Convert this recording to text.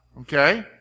Okay